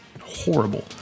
horrible